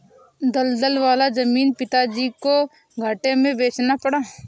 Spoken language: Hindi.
दलदल वाला जमीन पिताजी को घाटे में बेचना पड़ा